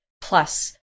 plus